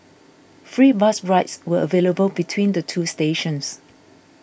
free bus rides were available between the two stations